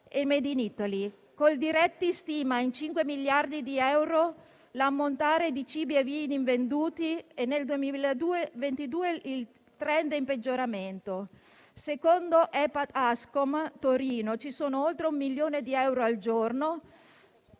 e *made in Italy*. Coldiretti stima in 5 miliardi di euro l'ammontare di cibi e vini invenduti, e nel 2022 il *trend* è in peggioramento. Secondo Epat Ascom Torino, bar e ristoranti a Torino